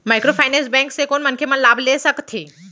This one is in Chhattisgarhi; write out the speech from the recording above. माइक्रोफाइनेंस बैंक से कोन मनखे मन लाभ ले सकथे?